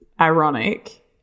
Ironic